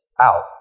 out